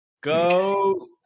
Go